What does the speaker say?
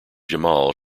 jamal